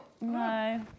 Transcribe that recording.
No